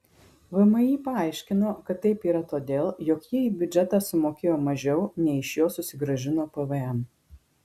vmi paaiškino kad taip yra todėl jog jie į biudžetą sumokėjo mažiau nei iš jo susigrąžino pvm